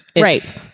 Right